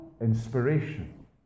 inspiration